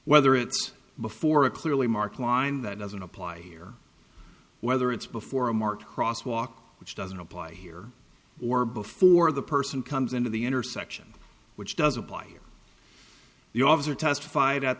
whether it's before a clearly marked line that doesn't apply here whether it's before a marked cross walk which doesn't apply here or before the person comes into the intersection which doesn't apply here the officer testif